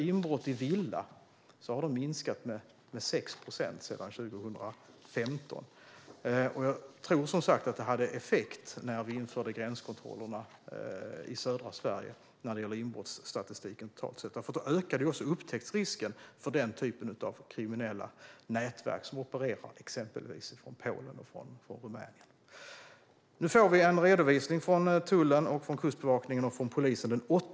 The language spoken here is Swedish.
Inbrott i villa har minskat med 6 procent sedan 2015. Jag tror att de gränskontroller som infördes i södra Sverige gjorde att vi fick den här effekten i inbrottsstatistiken totalt sett eftersom upptäcktsrisken då ökade också för den typ av kriminella nätverk som opererar från exempelvis Polen och Rumänien. Den 8 juni får vi en redovisning från tullen, Kustbevakningen och polisen.